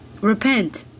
Repent